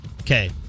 Okay